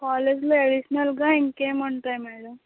కాలేజ్లో ఎడిషనల్గా ఇంకేం ఉంటాయి మ్యాడం